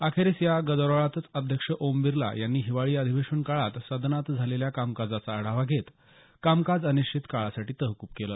अखेरीस या गदारोळातच अध्यक्ष ओम बिर्ला यांनी हिवाळी अधिवेशन काळात सदनात झालेल्या कामकाजाचा आढावा घेत कामकाज अनिश्चित काळासाठी तहकूब केलं